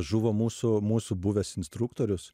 žuvo mūsų mūsų buvęs instruktorius